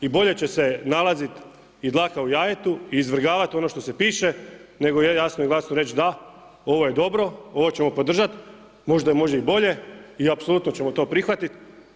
I bolje će se nalaziti i dlaka u jajetu i izvrgavati ono što se piše, nego jasno i glasno reći da, ovo je dobro, ovo ćemo podržati, možda može i bolje i apsolutno ćemo to prihvatiti.